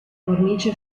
cornice